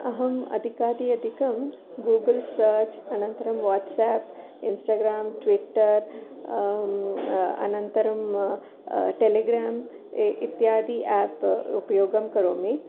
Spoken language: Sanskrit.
अहम् अधिकाधिकम् अधिकं गूगल् सर्च् अनन्तरं वाट्साप् इन्स्टाग्राम् ट्विट्टर् अनन्तरं टेलिग्राम् इत्यादि एप् उपयोगं करोमि